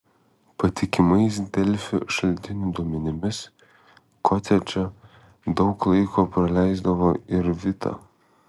patikimais delfi šaltinių duomenimis kotedže daug laiko praleisdavo ir vita